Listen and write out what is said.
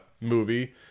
movie